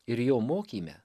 ir jo mokyme